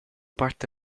parte